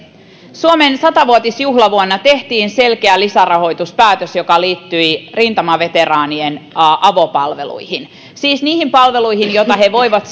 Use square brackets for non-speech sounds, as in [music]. suomen sata vuotisjuhlavuonna tehtiin selkeä lisärahoituspäätös joka liittyi rintamaveteraanien avopalveluihin siis niihin palveluihin joita he voivat [unintelligible]